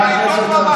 שמעתי ששלחתם